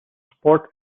sport